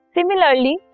Similarly